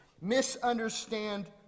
misunderstand